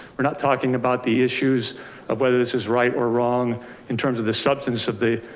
we're not talking about the issues of whether this is right or wrong in terms of the substance of the.